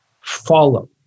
follow